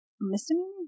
misdemeanor